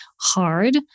hard